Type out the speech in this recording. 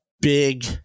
big